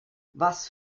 was